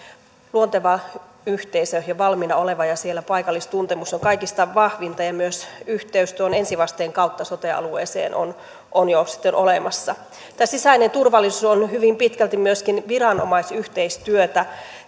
luonteva yhteisö jo valmiina oleva siellä paikallistuntemus on kaikista vahvinta ja myös yhteys tuon ensivasteen kautta sote alueeseen on on jo sitten olemassa tämä sisäinen turvallisuus on hyvin pitkälti myöskin viranomaisyhteistyötä